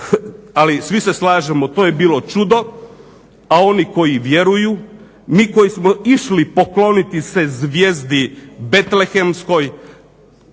ali svi se slažemo to je bilo čudo, a oni koji vjeruju, mi koji smo išli pokloniti se zvijezdi Betlehemskoj